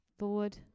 Lord